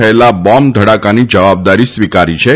થયેલા બોંબ ધડાકાની જવાબદારી સ્વીકારી છે